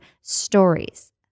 stories